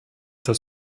das